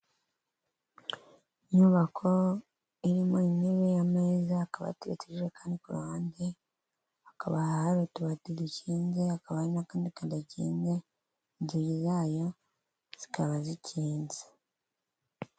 Inyubako irimo intebe y'ameza akaba ateteje kandi ku ruhandekabaha utubati dukinze hakaba n'akandi kandakingageri zayo zikaba zikinze.